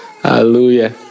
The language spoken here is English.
Hallelujah